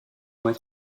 moins